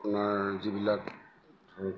আপোনাৰ যিবিলাক ধ